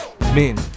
Men